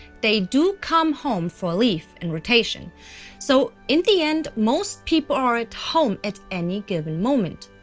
they do come home for leave, in rotation so in the end most people are at home at any given moment.